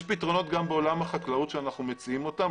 יש פתרונות גם בעולם החקלאות שאנחנו מציעים אותם,